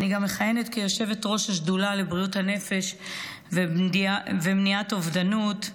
אני גם מכהנת כיושבת-ראש השדולה לבריאות הנפש ומניעת אובדנות.